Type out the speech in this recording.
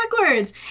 backwards